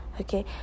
Okay